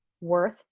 worth